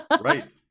right